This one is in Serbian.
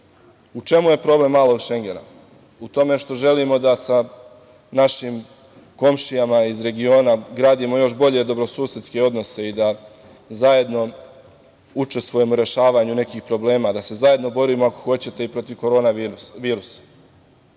U čemu je problem „malog šengena“? U tome što želimo da sa našim komšijama iz regiona gradimo još bolje dobrosusedske odnose i da zajedno učestvujemo u rešavanju nekih problema, da se zajedno borimo, ako hoćete, i protiv korona